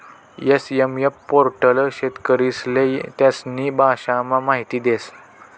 SMF portal शेतकरीस्ले त्यास्नी भाषामा माहिती देस